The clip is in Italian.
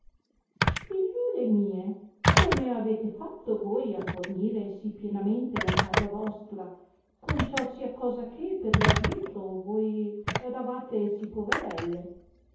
figliuole mie come avete fatto voi a fornire sì pienamente la casa vostra conciosiacosachè per lo adietro voi eravate sì poverelle